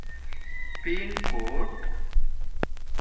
pin code